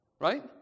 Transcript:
Right